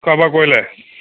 খোৱা বোৱা কৰিলে